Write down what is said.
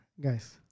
guys